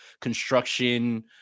construction